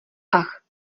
ach